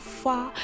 far